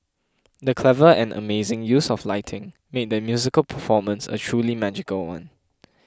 the clever and amazing use of lighting made the musical performance a truly magical one